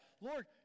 Lord